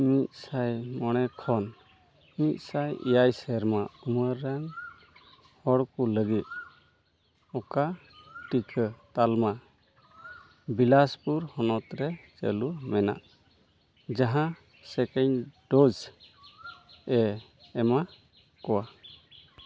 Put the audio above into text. ᱢᱤᱫᱥᱟᱭ ᱢᱚᱬᱮ ᱠᱷᱚᱱ ᱢᱤᱫᱥᱟᱭ ᱮᱭᱟᱭ ᱥᱮᱨᱢᱟ ᱩᱢᱮᱨ ᱨᱮᱱ ᱦᱚᱲ ᱠᱚ ᱞᱟᱹᱜᱤᱫ ᱚᱠᱟ ᱴᱤᱠᱟᱹ ᱛᱟᱞᱢᱟ ᱵᱤᱞᱟᱥᱯᱩᱨ ᱦᱚᱱᱚᱛ ᱨᱮ ᱪᱟᱹᱞᱩ ᱢᱮᱱᱟᱜ ᱡᱟᱦᱟᱸ ᱥᱮᱠᱮᱱᱰ ᱰᱳᱡᱽ ᱮ ᱮᱢᱟ ᱠᱚᱣᱟ